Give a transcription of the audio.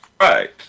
right